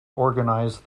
organize